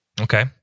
Okay